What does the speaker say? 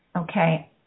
Okay